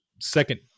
second